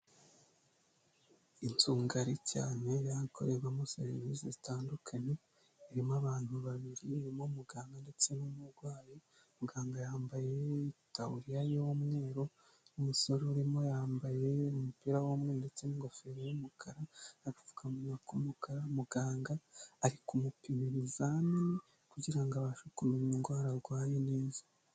Inzu ngari cyane y'ahakorerwamo serivisi zitandukanye irimo abantu babiri irimo umuganga ndetse n'umurwayi muganga yambaye itaburiya y'umweru n' umusore urimo yambaye umupira w'umweru ndetse n'ingofero y'umukara agapfukamunwa k'umukara muganga ari kumupima ibizamini kugirango abashe kumenya indwara arwaye neza